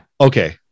Okay